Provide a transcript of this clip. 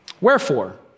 Wherefore